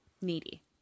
Needy